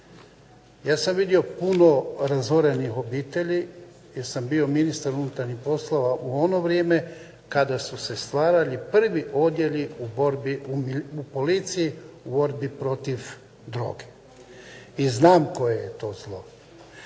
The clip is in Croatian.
Ja sam vidio puno razorenih obitelji jer sam bio ministar unutarnjih poslova u ono vrijeme kada su se stvarali prvi odjeli u policiji u borbi protiv droge. I znam koje je to zlo,